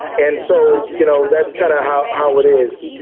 and so you know, that's kind of how how it is.